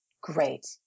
great